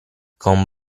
con